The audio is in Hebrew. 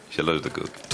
שלוש דקות, אדוני.